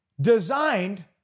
designed